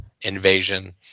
Invasion